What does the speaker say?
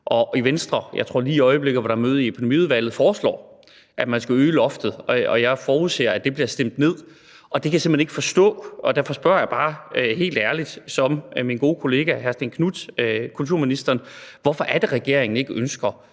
det. Venstre foreslår lige i øjeblikket, tror jeg, hvor der er møde i Epidemiudvalget, at man skal øge loftet, og jeg forudser, at det bliver stemt ned, og det kan jeg simpelt hen ikke forstå. Derfor spørger jeg bare helt ærligt, ligesom min gode kollega hr. Stén Knuth, kulturministeren om, hvorfor det er regeringen ikke ønsker